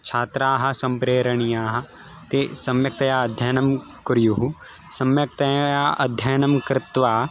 छात्राः सम्प्रेरणीयाः ते सम्यक्तया अध्ययनं कुर्युः सम्यक्त या अध्ययनं कृत्वा